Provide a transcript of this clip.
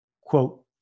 quote